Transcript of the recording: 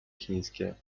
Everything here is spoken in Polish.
chińskie